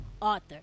author